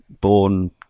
born